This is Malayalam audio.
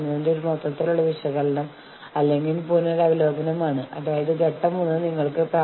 പരാതി നടപടിക്രമം വേഗത്തിലും കാര്യക്ഷമമായും പൊരുത്തക്കേടുകൾ പരിഹരിക്കുന്നതിന് മാനേജ്മെന്റിനെ സഹായിക്കുന്നു